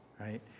right